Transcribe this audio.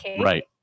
right